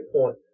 point